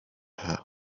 her